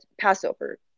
Passover